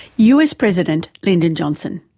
us president lyndon johnson,